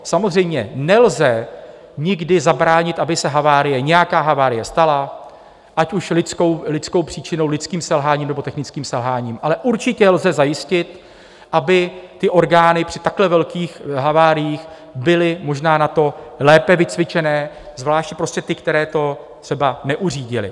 Samozřejmě nelze nikdy zabránit, aby se havárie, nějaká havárie stala, ať už lidskou příčinou, lidským selháním, nebo technickým selháním, ale určitě lze zajistit, aby ty orgány při takhle velkých haváriích byly možná na to lépe vycvičené, zvláště ty, které to třeba neuřídily.